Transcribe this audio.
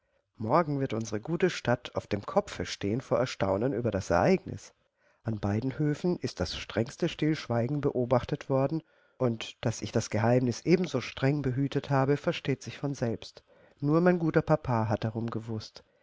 morgen wird unsere gute stadt auf dem kopfe stehen vor erstaunen über das ereignis an beiden höfen ist das strengste stillschweigen beobachtet worden und daß ich das geheimnis ebenso streng behütet habe versteht sich von selbst nur mein guter papa hat darum gewußt